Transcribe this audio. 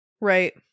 Right